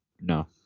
No